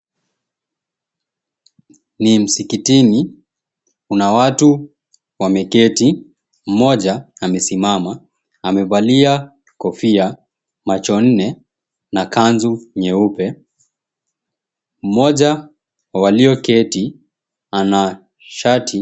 Ni msikitini. Kuna watu wameketi. Mmoja amesimama. Amevalia kofia, machonne, na kanzu nyeupe. Mmoja wa walioketi ana shati.